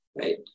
right